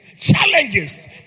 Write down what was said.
challenges